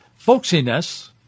folksiness